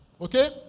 okay